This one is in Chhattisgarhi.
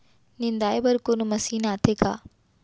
निंदाई बर कोनो मशीन आथे का?